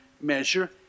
measure